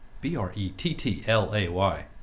B-R-E-T-T-L-A-Y